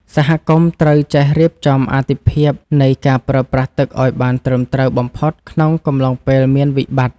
សហគមន៍ត្រូវចេះរៀបចំអាទិភាពនៃការប្រើប្រាស់ទឹកឱ្យបានត្រឹមត្រូវបំផុតក្នុងកំឡុងពេលមានវិបត្តិ។